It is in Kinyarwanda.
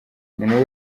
umuntu